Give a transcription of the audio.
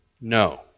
No